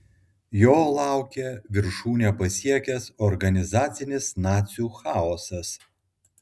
jo laukė viršūnę pasiekęs organizacinis nacių chaosas